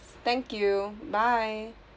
thank you bye